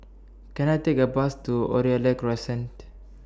Can I Take A Bus to Oriole Crescent